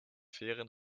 fairen